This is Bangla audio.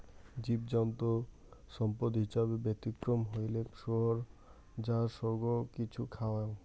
জীবজন্তু সম্পদ হিছাবে ব্যতিক্রম হইলেক শুয়োর যা সৌগ কিছু খায়ং